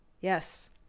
yes